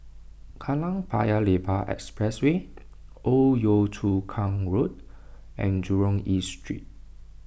Kallang Paya Lebar Expressway Old Yio Chu Kang Road and Jurong East Street